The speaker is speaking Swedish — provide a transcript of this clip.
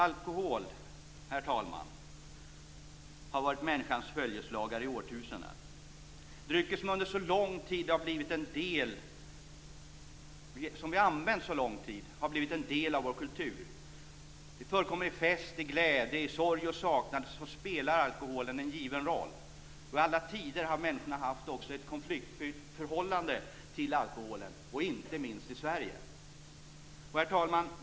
Alkohol, herr talman, har varit människans följeslagare i årtusenden. Drycker som vi använt under så lång tid har blivit en del av vår kultur. I fest och glädje, i sorg och saknad spelar alkoholen en given roll. I alla tider har människan också haft ett konfliktfyllt förhållande till alkoholen, inte minst i Sverige. Herr talman!